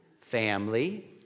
family